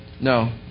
No